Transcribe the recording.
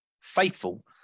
faithful